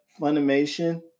Funimation